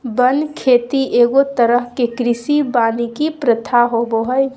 वन खेती एगो तरह के कृषि वानिकी प्रथा होबो हइ